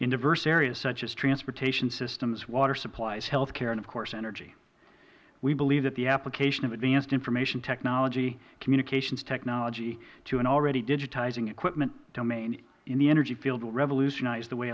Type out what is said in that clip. in diverse areas such as transportation systems water supplies health care and of course energy we believe that the application of advanced information technology and communications technology to an already digitizing equipment domain in the energy field will revolutionize